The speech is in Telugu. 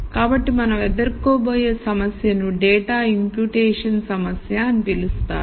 కాబట్టి మనం ఎదుర్కోబోయే సమస్య ను డేటా ఇంప్యుటేషన్ సమస్య అని పిలుస్తారు